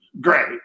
great